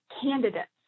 candidates